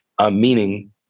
Meaning